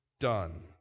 done